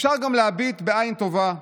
אפשר גם להביט בעין טובה.